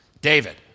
David